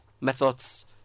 methods